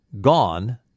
gone